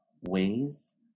ways